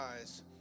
eyes